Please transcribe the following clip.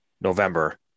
November